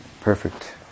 perfect